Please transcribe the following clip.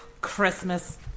Christmas